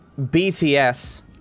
BTS